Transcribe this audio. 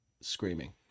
screaming